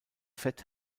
fett